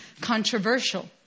controversial